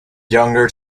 younger